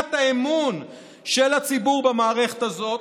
לבניית האמון של הציבור במערכת הזאת,